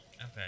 Okay